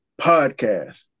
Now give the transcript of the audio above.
Podcast